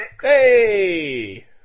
Hey